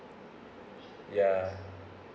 ya